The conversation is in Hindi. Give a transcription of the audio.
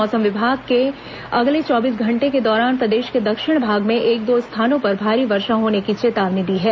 मौसम विभाग ने अगले चौबीस घटो के दौरान प्रदेश के दक्षिणी भाग में एक दो स्थानों पर भारी वर्षा होने की चेतावनी दी है